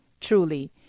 truly